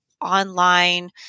online